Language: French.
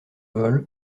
vol